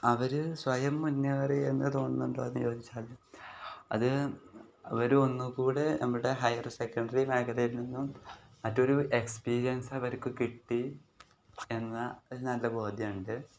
അവർ സ്വയം മുന്നേറി എന്നു തോന്നുന്നുണ്ടോയെന്നു ചോദിച്ചാൽ അത് അവർ ഒന്നു കൂടി നമ്മുടെ ഹയർ സെക്കൻഡറി മേഖലയിൽ നിന്നും മറ്റൊരു എക്സ്പീരിയൻസ് അവർക്കു കിട്ടി എന്ന നല്ല ബോധ്യമുണ്ട്